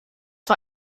war